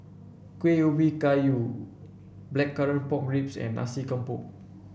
Kueh Ubi Kayu Blackcurrant Pork Ribs and Nasi Campur